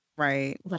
Right